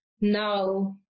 now